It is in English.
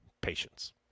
patience